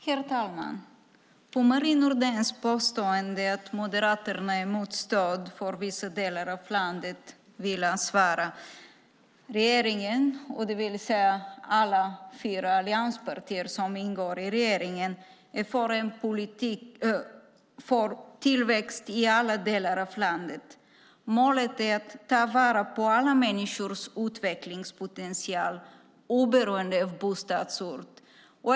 Herr talman! På Marie Nordéns påstående att Moderaterna är emot stöd för vissa delar av landet vill jag svara att alla fyra allianspartier som ingår i regeringen är för en politik för tillväxt i alla delar av landet. Målet är att ta vara på alla människors utvecklingspotential, oberoende av bostadsort.